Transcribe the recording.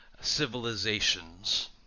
civilizations